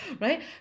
right